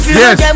yes